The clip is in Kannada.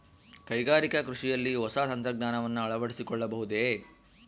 ಕೈಗಾರಿಕಾ ಕೃಷಿಯಲ್ಲಿ ಹೊಸ ತಂತ್ರಜ್ಞಾನವನ್ನ ಅಳವಡಿಸಿಕೊಳ್ಳಬಹುದೇ?